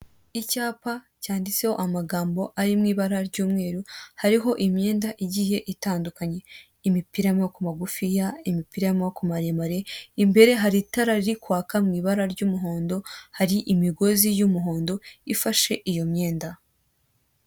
Icyapa cyanditseho amagambo ari mu ibara ry'umweru, hariho imyenda igiye itandukanye; imipira y'amaboko magufiya, imipira y'amaboko maremare. Imbere hari itara riri kwaka mu ibara ry'umuhondo, hari imigozi y'umuhondo ifashe iyo myenda.